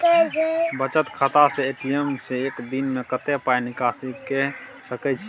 बचत खाता स ए.टी.एम से एक दिन में कत्ते पाई निकासी के सके छि?